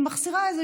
מחסירה איזה